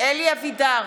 אלי אבידר,